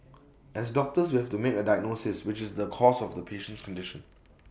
as doctors we have to make A diagnosis which is the cause of the patient's condition